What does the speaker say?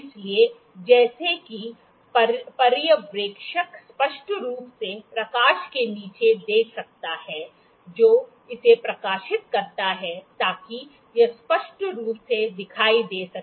इसलिए जैसा कि पर्यवेक्षक स्पष्ट रूप से प्रकाश के नीचे देख सकता है जो इसे प्रकाशित करता है ताकि यह स्पष्ट रूप से दिखाई दे सके